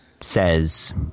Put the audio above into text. says